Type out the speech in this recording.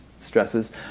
stresses